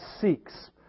seeks